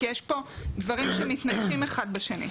כי יש פה דברים שמתנגשים אחד בשני.